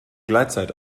gleitzeit